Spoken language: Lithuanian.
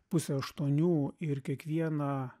pusę aštuonių ir kiekvieną